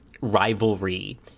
rivalry